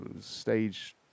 stage